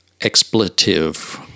expletive